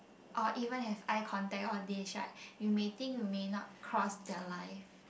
or even have eye contact all these right you may think you may not cross their life